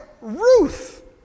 Ruth